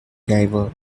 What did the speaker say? diver